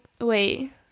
wait